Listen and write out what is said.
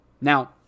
Now